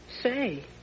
Say